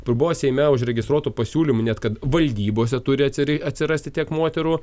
kur buvo seime užregistruotų pasiūlymų net kad valdybose turi atsirei atsirasti tiek moterų